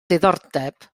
diddordeb